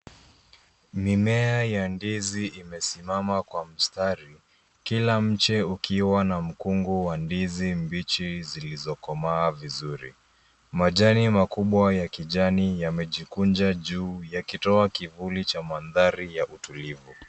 Mimea ya ndizi imesimama kwa mstari, kila mche ukiwa na mkungu wa ndizi mbichi zilizokomaa vizuri. Majani makubwa ya kijani yamejikunja juu, yakitoa kivuli cha mandari ya utulivu.